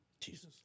Jesus